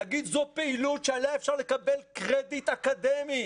להגיד שהם עושים פעילות שעליה אפשר לקבל קרדיט אקדמי